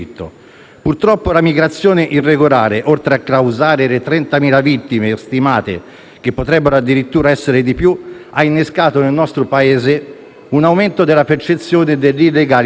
Purtroppo la migrazione irregolare, oltre a causare le 30.000 vittime stimate, che potrebbero addirittura essere di più, ha innescato nel nostro Paese un aumento della percezione dell'illegalità.